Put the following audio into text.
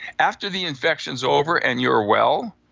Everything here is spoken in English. after the infection's over and you're well,